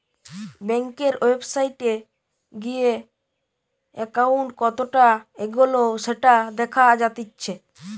বেংকের ওয়েবসাইটে গিয়ে একাউন্ট কতটা এগোলো সেটা দেখা জাতিচ্চে